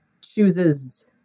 chooses